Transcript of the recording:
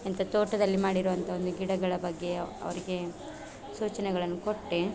ಎಂತ ತೋಟದಲ್ಲಿ ಮಾಡಿರುವಂಥ ಒಂದು ಗಿಡಗಳ ಬಗ್ಗೆ ಅವರಿಗೆ ಸೂಚನೆಗಳನ್ನು ಕೊಟ್ಟೆ